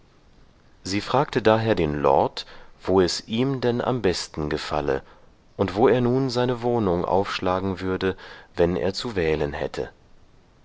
sie fragte daher den lord wo es ihm denn am besten gefalle und wo er nun seine wohnung aufschlagen würde wenn er zu wählen hätte